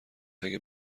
اگه